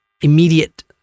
immediate